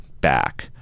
back